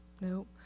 Nope